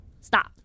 Stop